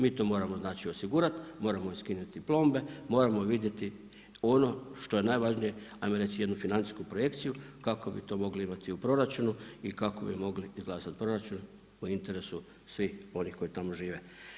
Mi to moramo znači, osigurati, moramo im skinuti plombe, moram vidjeti ono što je najvažnije, ajmo reći jednu financijsku projekciju kako bi to mogli imati u proračunu i kako bi mogli izglasati proračun u interesu svih onih koji tamo žive.